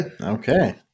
Okay